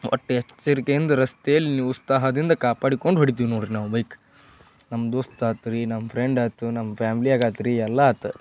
ಒಟ್ಟು ಎಚ್ಚರಿಕೆಯಿಂದ ರಸ್ತೆಯಲ್ಲಿ ನೀವು ಉತ್ಸಾಹದಿಂದ ಕಾಪಾಡಿಕೊಂಡು ಹೊಡಿತೀವಿ ನೋಡಿರಿ ನಾವು ಬೈಕ್ ನಮ್ಮ ದೋಸ್ತ್ ಆಯ್ತ್ರಿ ನಮ್ಮ ಫ್ರೆಂಡ್ ಆಯ್ತು ನಮ್ಮ ಫ್ಯಾಮ್ಲಿಯಾಗ ಆಯ್ತ್ರಿ ಎಲ್ಲ ಆಯ್ತು